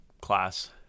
class